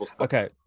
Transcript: Okay